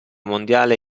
mondiale